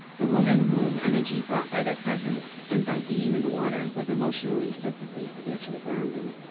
the woman womb energy brought by their presence, and by being in the water was emotionally, physically, spiritually grounding.